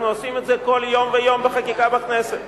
אנחנו עושים את זה כל יום ויום בחקיקה בכנסת.